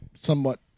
somewhat